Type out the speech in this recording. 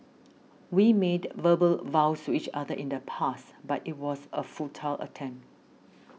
we made verbal vows to each other in the past but it was a futile attempt